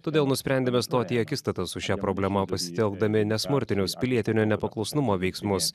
todėl nusprendėme stoti į akistatą su šia problema pasitelkdami nesmurtinius pilietinio nepaklusnumo veiksmus